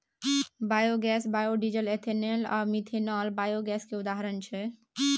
biogas, biodiesel, ethanol आ methanol biogas केर उदाहरण छै